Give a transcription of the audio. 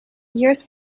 years